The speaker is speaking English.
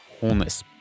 wholeness